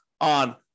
on